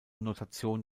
notation